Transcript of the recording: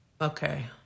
Okay